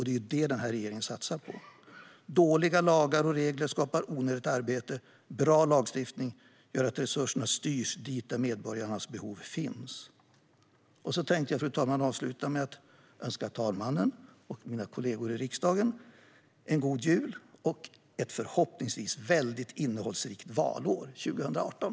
Det är detta som regeringen satsar på. Dåliga lagar och regler skapar onödigt arbete. Bra lagstiftning gör att resurserna styrs dit där medborgarnas behov finns. Fru talman! Jag vill avsluta med att önska fru talmannen och mina kollegor i riksdagen en god jul och förhoppningsvis ett väldigt innehållsrikt valår 2018.